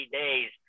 days